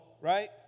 right